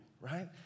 right